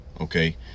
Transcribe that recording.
okay